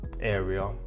area